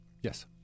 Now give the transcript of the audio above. Yes